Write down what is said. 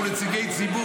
אנחנו נציגי ציבור,